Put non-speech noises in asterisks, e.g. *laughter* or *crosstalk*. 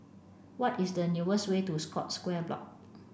what is the *unintelligible* way to Scotts Square Block